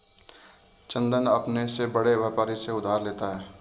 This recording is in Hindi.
चंदन अपने से बड़े व्यापारी से उधार लेता है